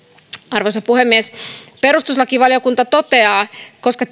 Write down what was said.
arvoisa puhemies perustuslakivaliokunta toteaa koska